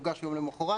הוגש יום למוחרת,